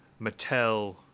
Mattel